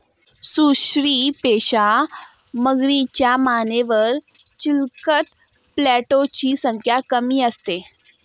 सुसरीपेक्षा मगरीच्या मानेवर चिलखत प्लेटोची संख्या कमी असते